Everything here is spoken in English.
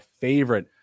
favorite